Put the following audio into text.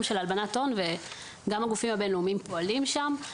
של הלבנת הון וגם הגופים הבין-לאומיים פועלים שם,